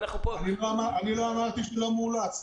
אני לא אמרתי שלא מאולץ.